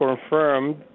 confirmed